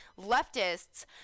leftists